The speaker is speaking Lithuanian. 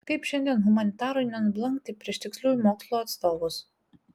kaip šiandien humanitarui nenublankti prieš tiksliųjų mokslų atstovus